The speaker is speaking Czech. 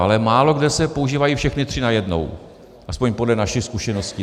Ale málokde se používají všechny tři najednou, aspoň podle našich zkušeností.